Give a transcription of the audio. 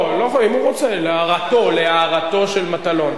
אם הוא רוצה, להערתו, להערתו של מטלון.